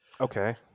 Okay